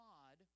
God